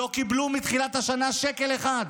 לא קיבלו מתחילת השנה שקל אחד.